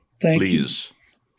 please